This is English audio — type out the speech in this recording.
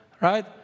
right